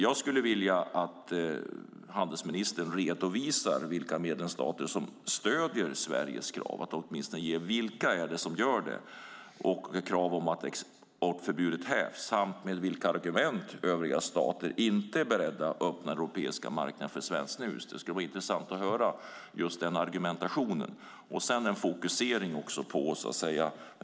Jag skulle vilja att handelsministern redovisade vilka medlemsstater som stöder Sveriges krav, kravet att exportförbudet hävs, samt utifrån vilka argument övriga stater inte är beredda att öppna den europeiska marknaden för svenskt snus. Det skulle vara intressant att höra om den argumentationen.